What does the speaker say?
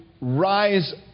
rise